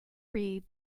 read